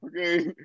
okay